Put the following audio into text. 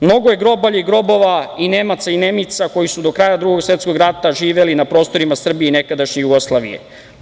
Mnogo je grobalja i grobova i Nemaca i Nemica koji su do kraja Drugog svetskog rata živeli na prostorima Srbije i nekadašnje Jugoslavije.